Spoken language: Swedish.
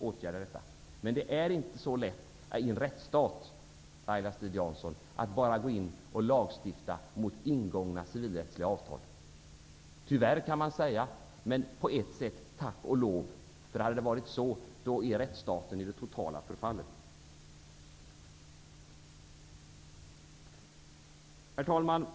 åtgärda detta. Men det är inte så lätt i en rättsstat, Laila Strid-Jansson, att lagstifta mot ingångna civilrättsliga avtal. Tyvärr, kan man säga, men på ett sätt tack och lov, därför att om det hade varit så skulle rättsstaten befinna sig i det totala förfallet. Herr talman!